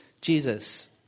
Jesus